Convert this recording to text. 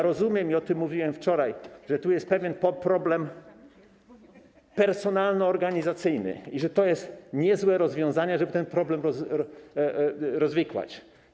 Rozumiem - mówiłem o tym wczoraj - że tu jest pewien problem personalno-organizacyjny i że to jest niezłe rozwiązanie, ażeby ten problem rozwikłać.